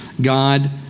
God